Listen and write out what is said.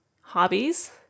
hobbies